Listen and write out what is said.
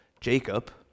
Jacob